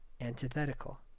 Antithetical